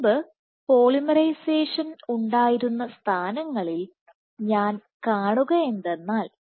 മുമ്പ് പോളിമറൈസേഷൻ ഉണ്ടായിരുന്ന സ്ഥാനങ്ങളിൽ ഞാൻ കാണുക എന്തെന്നാൽ